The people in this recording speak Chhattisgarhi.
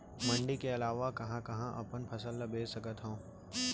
मण्डी के अलावा मैं कहाँ कहाँ अपन फसल ला बेच सकत हँव?